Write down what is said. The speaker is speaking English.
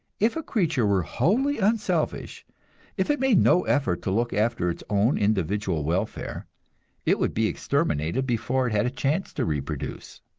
if a creature were wholly unselfish if it made no effort to look after its own individual welfare it would be exterminated before it had a chance to reproduce.